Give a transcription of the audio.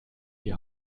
die